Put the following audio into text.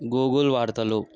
Google వార్తలు